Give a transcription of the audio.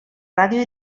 ràdio